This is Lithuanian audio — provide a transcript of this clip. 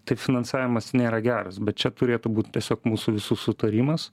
tai finansavimas nėra geras bet čia turėtų būt tiesiog mūsų visų sutarimas